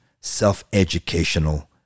self-educational